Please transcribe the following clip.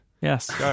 Yes